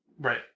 Right